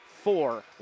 four